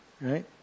Right